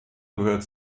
gehört